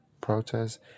protests